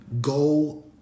go